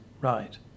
right